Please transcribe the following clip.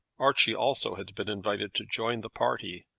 archie also had been invited to join the party.